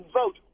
vote